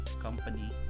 company